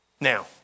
Now